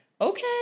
okay